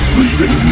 leaving